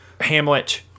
Hamlet